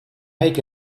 make